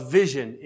vision